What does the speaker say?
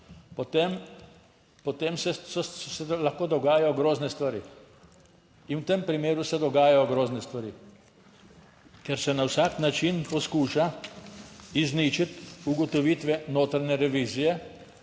potem se lahko dogajajo grozne stvari in v tem primeru se dogajajo grozne stvari. Ker se na vsak način poskuša izničiti ugotovitve notranje revizije.